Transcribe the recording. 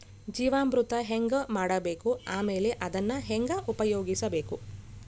ಜೀವಾಮೃತ ಹೆಂಗ ಮಾಡಬೇಕು ಆಮೇಲೆ ಅದನ್ನ ಹೆಂಗ ಉಪಯೋಗಿಸಬೇಕು?